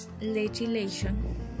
legislation